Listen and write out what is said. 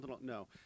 No